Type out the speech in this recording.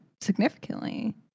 significantly